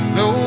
no